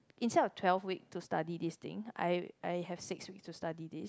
instead of twelve week to study this thing I I have six week to study this